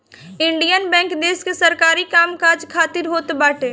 Indian Bank देस के सरकारी काम काज खातिर होत बाटे